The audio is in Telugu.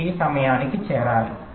పర్యవసాన సెటప్ అని పిలువబడేది ఒకటి ఉంది